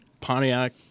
Pontiac